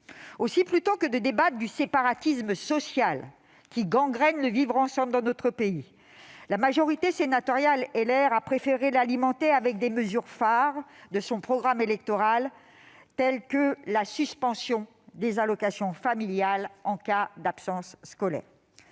Aussi, plutôt que de débattre du séparatisme social, qui gangrène le vivre ensemble dans notre pays, la majorité sénatoriale a préféré l'alimenter avec des mesures phares de son programme électoral, telles que la suspension des allocations familiales en cas d'absence scolaire.